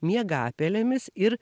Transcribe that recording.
miegapelėmis ir